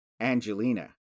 Angelina